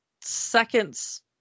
seconds